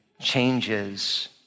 changes